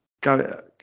go